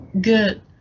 good